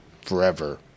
forever